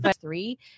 Three